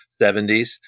70s